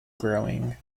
growing